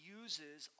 uses